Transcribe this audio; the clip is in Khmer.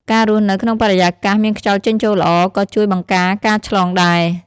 ការរស់នៅក្នុងបរិយាកាសមានខ្យល់ចេញចូលល្អ ក៏ជួយបង្ការការឆ្លងដែរ។